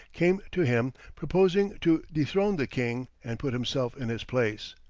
came to him proposing to dethrone the king, and put himself in his place.